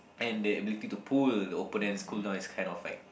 and the ability to pull the oppenent's cool down is kind of like